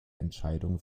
entscheidung